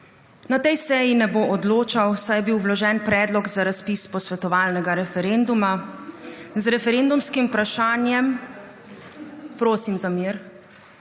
na tej seji ne bo odločal, saj je bil vložen predlog za razpis posvetovalnega referenduma z referendumskim vprašanjem −/ nemir